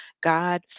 God